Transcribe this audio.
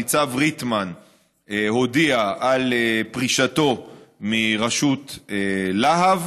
ניצב ריטמן הודיע על פרישתו מראשות לה"ב,